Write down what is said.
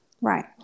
Right